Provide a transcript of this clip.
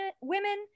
women